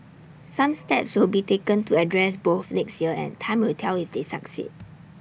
some steps will be taken to address both next year and time will tell if they succeed